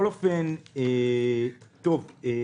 אתם